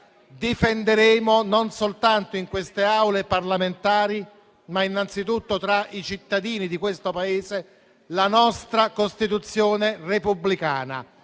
difenderemo non soltanto in queste Aule parlamentari, ma innanzitutto tra i cittadini di questo Paese, la nostra Costituzione repubblicana.